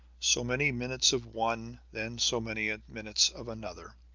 so many minutes of one, then so many minutes of another.